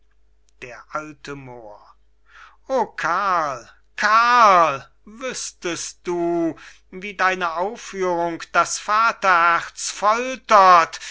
d a moor o karl karl wüßtest du wie deine aufführung das